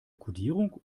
kodierung